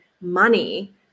money